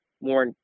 more